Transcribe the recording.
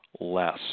Less